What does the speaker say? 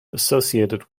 associated